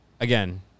again